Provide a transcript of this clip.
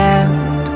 end